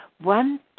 One